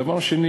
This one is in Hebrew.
דבר שני